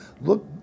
look